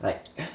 like ugh